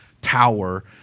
tower